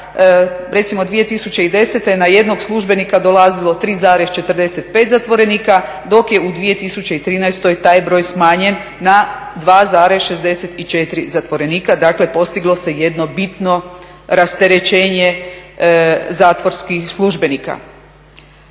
Recimo 2010. na jednog službenika dolazilo 3,45 zatvorenika, dok je u 2013. taj broj smanjen na 2,64 zatvorenika. Dakle, postiglo se jedno bitno rasterećenje zatvorskih službenika.